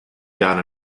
got